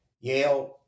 Yale